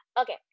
Okay